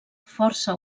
força